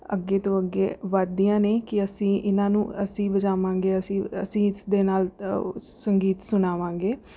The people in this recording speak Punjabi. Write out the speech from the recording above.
ਅੱਗੇ ਤੋਂ ਅੱਗੇ ਵੱਧਦੀਆਂ ਨੇ ਕਿ ਅਸੀਂ ਇਹਨਾਂ ਨੂੰ ਅਸੀਂ ਵਜਾਵਾਂਗੇ ਅਸੀਂ ਅਸੀਂ ਇਸਦੇ ਨਾਲ ਸੰਗੀਤ ਸੁਣਾਵਾਂਗੇ